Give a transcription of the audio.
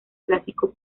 clásico